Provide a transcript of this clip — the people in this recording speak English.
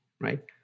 right